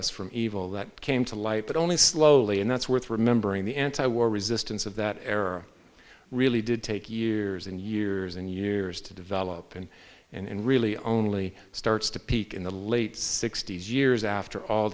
us from evil that came to light but only slowly and that's worth remembering the anti war resistance of that era really did take years and years and years to develop and and really only starts to peak in the late sixty's years after all